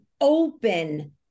open